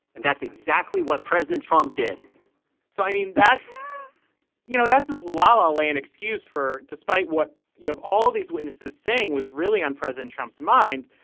and that's exactly what president trump did so i mean that's you know that's just lala land excuse for despite what you have all these witnesses saying was really on president trump's mind.